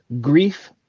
grief